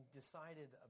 decided